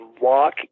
walk